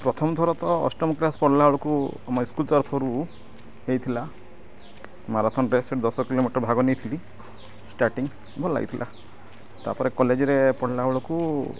ପ୍ରଥମଥର ତ ଅଷ୍ଟମ କ୍ଲାସ ପଢ଼ିଲା ବେଳକୁ ଆମ ସ୍କୁଲ ତରଫରୁ ହୋଇଥିଲା ମାରାଥନଟେ ସେଠି ଦଶ କିଲୋମିଟର ଭାଗ ନେଇଥିଲି ଷ୍ଟାର୍ଟିଂ ଭଲ ଲାଗିଥିଲା ତାପରେ କଲେଜରେ ପଢ଼ିଲା ବେଳକୁ